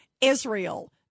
Israel